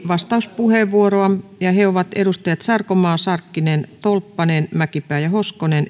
vastauspuheenvuoroa ja ne ovat edustajille sarkomaa sarkkinen tolppanen mäkipää ja hoskonen